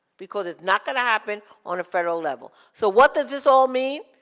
because it's not gonna happen on a federal level. so what does this all mean?